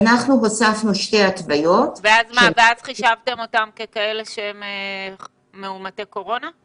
אנחנו הוספנו שתי התוויות --- ואז חישבתם אותם כמאומתי קורונה,